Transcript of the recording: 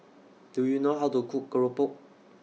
Do YOU know How to Cook Keropok